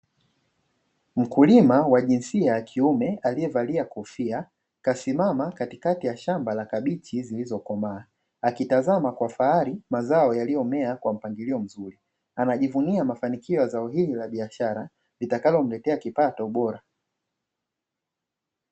Mkulima wa jinsia ya kiume aliyevalia kofia, kasimama katikati ya shamba la kabichi zilizokomaa akitazama kwa fahari mazao yaliyomea kwa mpangilio mzuri, anajivunia mafanikio ya zao hili la biashara litakalomletea kipato bora